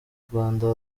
rwanda